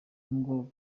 nubwo